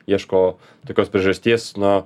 ieško tokios priežasties na